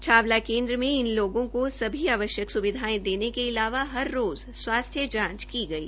छावला केन्द्र में इन लोगों सभी आवश्यक स्विधायें देने के अलावा हर रोज़ स्वास्थ्य जांच भी की गई